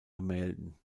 gemälden